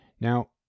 Now